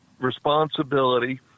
responsibility